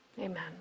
Amen